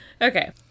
Okay